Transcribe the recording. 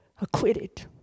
acquitted